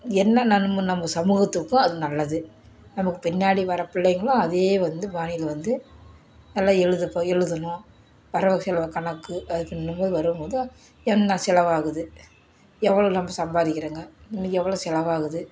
என்ன நன்ம நம்ம சமூகத்துக்கும் அது நல்லது நமக்கு பின்னாடி வர பிள்ளைங்களும் அதையே வந்து பாணியில் வந்து நல்லா எழுத இப்போ எழுதணும் வரவு செலவு கணக்கு அதுக்குன்னு வரும்போது என்ன செலவாகுது எவ்வளோ நம்ம சம்பாதிக்கிறாங்க இன்றைக்கி எவ்வளோ செலவாகுது